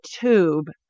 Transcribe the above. tube